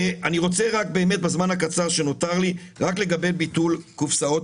אני רוצה בזמן הקצר שנותר לי רק לגבי ביטול קופסאות